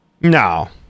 No